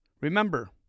remember